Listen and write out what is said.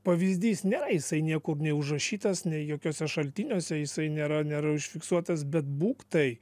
pavyzdys nėra jisai niekur nei užrašytas nei jokiuose šaltiniuose jisai nėra nėra užfiksuotas bet būk tai